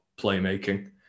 playmaking